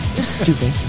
Stupid